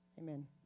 amen